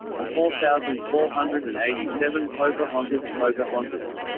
four thousand four hundred and eighty seven pocahontas pocahontas